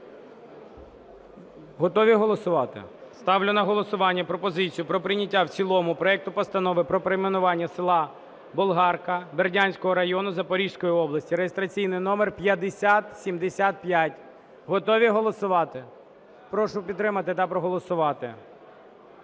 Готові голосувати? Ставлю на голосування пропозицію про прийняття в цілому проекту Постанови про перейменування села Болгарка Бердянського району Запорізької області (реєстраційний номер 5075). Готові голосувати? Прошу підтримати та проголосувати.